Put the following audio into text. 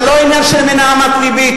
זה לא עניין של מנהמת לבי,